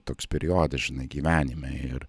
toks periodas žinai gyvenime ir